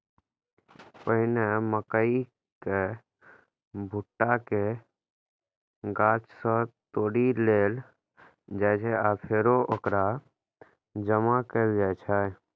पहिने मकइ केर भुट्टा कें गाछ सं तोड़ि लेल जाइ छै आ फेर ओकरा जमा कैल जाइ छै